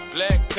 Black